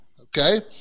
okay